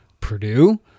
Purdue